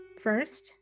first